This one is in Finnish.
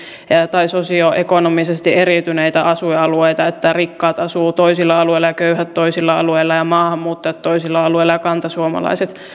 tai sosioekonomisesti eriytyneitä asuinalueita että rikkaat asuvat toisilla alueilla ja köyhät toisilla alueilla maahanmuuttajat toisilla alueilla ja kantasuomalaiset